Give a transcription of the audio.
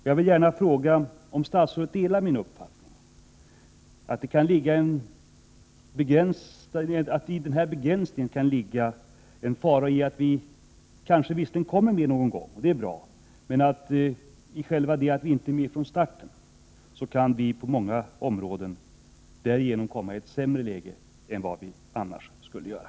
Jag vill fråga om statsrådet delar min uppfattning att det på grund av denna begränsning kan vara fara för att vi visserligen kanske kommer med någon gång, vilket är bra, men att vi inte är med från starten och att vi därigenom på många områden kan komma i ett sämre läge än vad vi annars skulle göra.